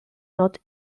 not